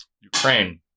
Ukraine